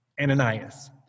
Ananias